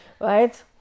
right